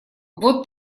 вот